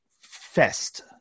fest